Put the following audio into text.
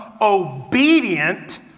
obedient